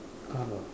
art lor